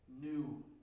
new